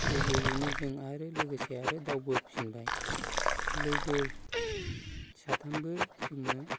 लोगोयैनो जों आरो लोगोसे आरो दावबोफिनबाय लोगो साथामबो जोङो